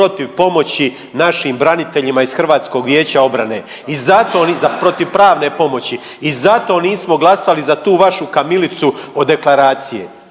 protiv pomoći našim braniteljima iz Hrvatskog vijeća obrane i zato, protiv pravne pomoći, i zato nismo glasali za tu vašu kamilicu od deklaracije,